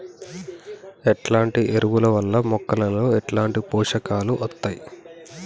ఎట్లాంటి ఎరువుల వల్ల మొక్కలలో ఎట్లాంటి పోషకాలు వత్తయ్?